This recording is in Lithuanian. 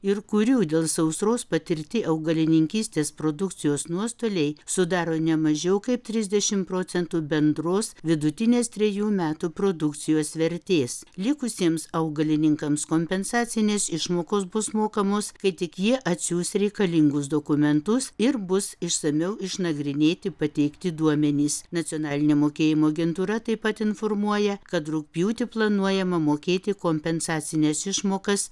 ir kurių dėl sausros patirti augalininkystės produkcijos nuostoliai sudaro ne mažiau kaip trisdešim procentų bendros vidutinės trejų metų produkcijos vertės likusiems augalininkams kompensacinės išmokos bus mokamos kai tik ji atsiųs reikalingus dokumentus ir bus išsamiau išnagrinėti pateikti duomenys nacionalinė mokėjimo agentūra taip pat informuoja kad rugpjūtį planuojama mokėti kompensacines išmokas